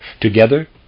Together